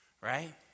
right